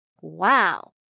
Wow